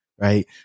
right